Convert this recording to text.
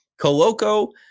Coloco